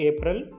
April